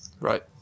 Right